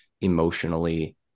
emotionally